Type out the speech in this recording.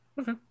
Okay